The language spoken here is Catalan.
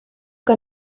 que